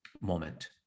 moment